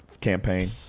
campaign